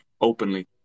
openly